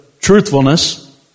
truthfulness